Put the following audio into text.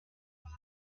ari